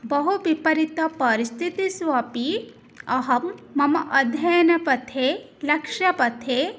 बहु विपरीता परिस्थितिष्वपि अहं मम अध्ययनपथे लक्षपथे